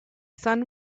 sun